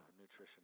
nutrition